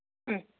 ഉം